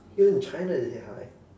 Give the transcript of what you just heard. even in china they say hi